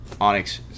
Onyx